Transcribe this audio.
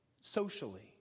socially